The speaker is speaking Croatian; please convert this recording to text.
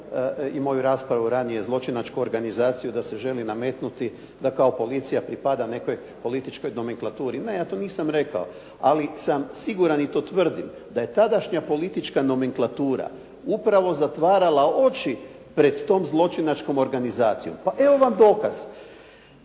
i moju raspravu ranije zločinačku organizaciju da se želi nametnuti da kao policija pripada nekoj političkoj nomenklaturi. Ne, ja to nisam rekao. Ali sam siguran i to tvrdim da je tadašnja politička nomenklatura upravo zatvarala oči pred tom zločinačkom organizacijom. Pa evo vam dokaz.